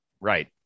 Right